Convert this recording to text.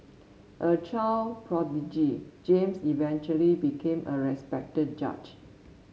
a child prodigy James eventually became a respected judge